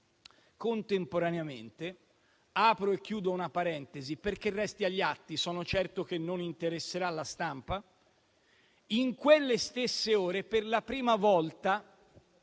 Contemporaneamente - apro e chiudo una parentesi perché resti agli atti (sono certo che non interesserà la stampa) - in quelle stesse ore, per la prima volta